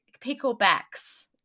picklebacks